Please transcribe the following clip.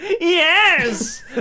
Yes